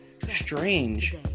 strange